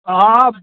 آ